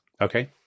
Okay